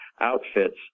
outfits